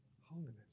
holiness